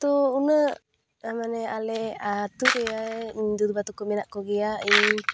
ᱛᱚ ᱩᱱᱟᱹᱜ ᱢᱟᱱᱮ ᱟᱞᱮ ᱟᱛᱳᱨᱮ ᱤᱧ ᱫᱟᱹᱫᱩᱵᱟ ᱛᱮᱠᱚ ᱢᱮᱱᱟᱜ ᱠᱚ ᱜᱮᱭᱟ ᱤᱧ